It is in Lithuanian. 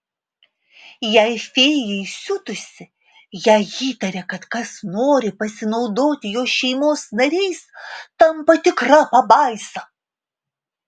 jei fėja įsiutusi jei įtaria kad kas nori pasinaudoti jos šeimos nariais tampa tikra pabaisa